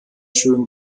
schön